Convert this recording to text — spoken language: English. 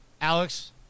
Alex